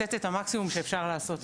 לתת את המקסימום שאפשר לעשות.